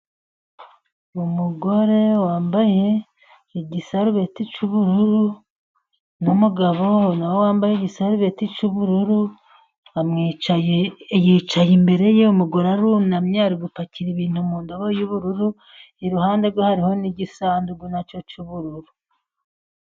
Umugore wambaye igisarubeti cy'ubururu n'umugabo nawe wambaye igisabeti cy'ubururu, bamwicaye, yicaye imbere ye, umugore arunamye ari gupakira ibintu mu ndobo y'ubururu, iruhande rwe hariho n'igisandugu na cyo cy'ubururu.